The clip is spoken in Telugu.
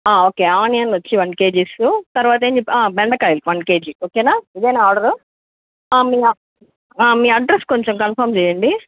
ఓకే ఆనియన్ వచ్చి వన్ కేజెస్ తర్వాతఏంది బెండకాయలు వన్ కేజీ ఓకేనా ఇదేనా ఆర్డరు మీ మీ అడ్రస్ కొద్దిగా కన్ఫార్మ్ చేయండి